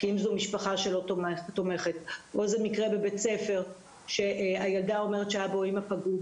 זו משפחה שלא תומכת או מקרה בבית ספר שהילדה אומרת שאבא או אימא פגעו